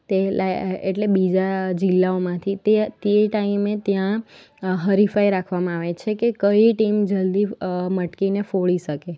તે એટલે બીજા જિલ્લાઓમાંથી તે તે ટાઈમે ત્યાં હરીફાઈ રાખવામાં આવે છે કે કઈ ટીમ જલદી મટકીને ફોડી શકે